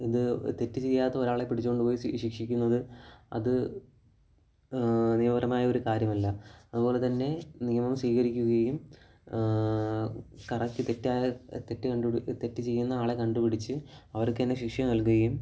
ഇത് തെറ്റ് ചെയ്യാത്ത ഒരാളെ പിടിച്ചുകൊണ്ടുപോയി ശിക്ഷിക്കുന്നത് അത് നിയമപരമായ ഒരു കാര്യമല്ല അതുപോലെത്തന്നെ നിയമം സ്വീകരിക്കുകയും കറക്റ്റ് തെറ്റായ തെറ്റ് തെറ്റ് ചെയ്യുന്ന ആളെ കണ്ടുപിടിച്ച് അവർക്കുതന്നെ ശിക്ഷ നൽകുകയും